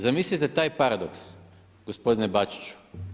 Zamislite taj paradoks, gospodine Bačiću.